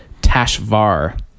Tashvar